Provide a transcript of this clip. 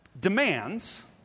demands